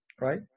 Right